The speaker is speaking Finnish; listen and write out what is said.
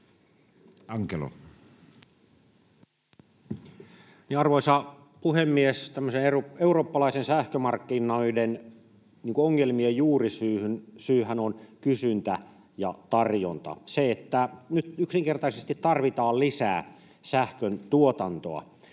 Arvoisa puhemies! Eurooppalaisten sähkömarkkinoiden ongelmien juurisyyhän on kysyntä ja tarjonta, se, että nyt yksinkertaisesti tarvitaan lisää sähköntuotantoa.